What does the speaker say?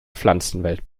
pflanzenwelt